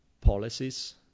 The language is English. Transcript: policies